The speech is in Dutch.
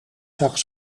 zag